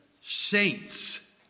saints